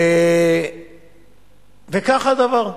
וכך הדבר.